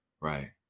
Right